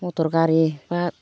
मटर गारि बा